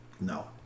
no